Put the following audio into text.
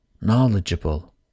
knowledgeable